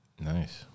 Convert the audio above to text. Nice